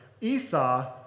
Esau